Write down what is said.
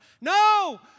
No